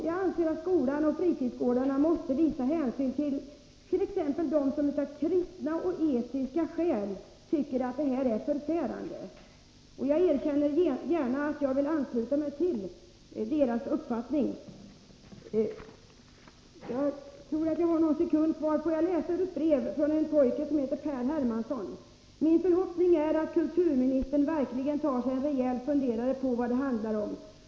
Jag anser att skolan och fritidsgårdarna måste visa hänsyn till den som t.ex. från kristna utgångspunkter eller av etiska skäl tycker att det som förekommit är förfärande. Jag erkänner gärna att jag vill ansluta mig till deras uppfattning. Eftersom jag har några sekunder kvar av min taletid, skall jag citera följande ur ett brev av en pojke som heter Per Hermansson: ”Min förhoppning är att kulturministern verkligen tar sig en rejäl funderare på vad det handlar om.